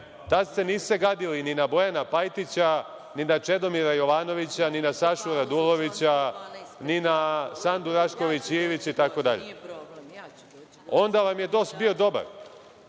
tad se niste gadili ni na Bojana Pajtića, ni na Čedomira Jovanovića, ni na Sašu Radulovića, ni na Sandu Rašković Ivić i tako dalje. Onda vam je DOS bio dobar.